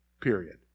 period